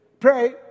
Pray